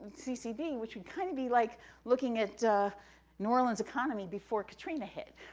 ccd, which would kind of be like looking at new orleans' economy before katrina hit.